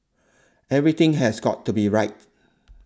everything has got to be right